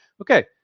Okay